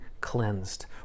cleansed